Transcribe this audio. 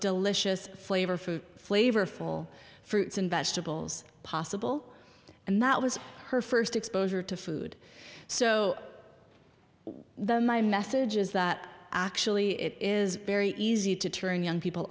delicious flavor food flavorful fruits and vegetables possible and that was her first exposure to food so the my message is that actually it is very easy to turn young people